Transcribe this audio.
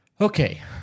Okay